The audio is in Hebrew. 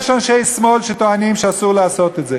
יש אנשי שמאל שטוענים שאסור לעשות את זה,